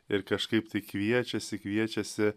ir kažkaip tai kviečiasi kviečiasi